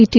T